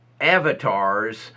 avatars